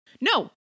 No